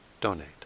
donate